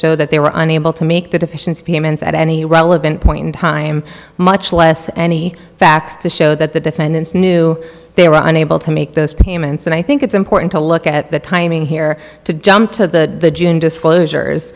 show that they were unable to make the deficiency payments at any relevant point in time much less any facts to show that the defendants knew they were unable to make those payments and i think it's important to look at the timing here to jump to the disclosures i